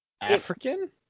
African